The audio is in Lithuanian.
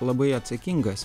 labai atsakingas